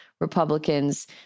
Republicans